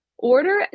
Order